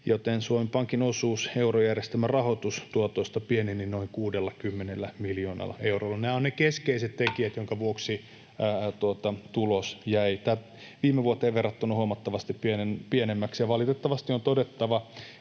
Suomen Pankin osuus eurojärjestelmän rahoitustuotoista pieneni noin 60 miljoonalla eurolla. Nämä ovat ne keskeiset tekijät, joidenka vuoksi tulos jäi viime vuoteen verrattuna huomattavasti pienemmäksi, ja valitettavasti on todettava,